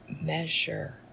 measure